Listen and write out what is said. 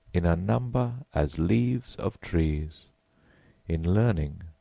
in number, as leaves of trees in learning,